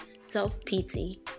self-pity